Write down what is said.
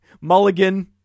Mulligan